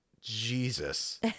Jesus